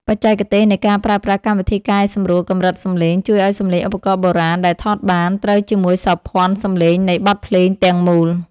បច្ចេកទេសនៃការប្រើប្រាស់កម្មវិធីកែសម្រួលកម្រិតសំឡេង ជួយឱ្យសំឡេងឧបករណ៍បុរាណដែលថតបាន ត្រូវជាមួយសោភ័ណសំឡេងនៃបទភ្លេងទាំងមូល។